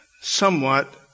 somewhat